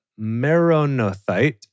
Meronothite